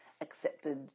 accepted